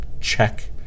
check